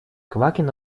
квакин